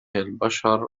البشر